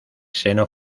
seno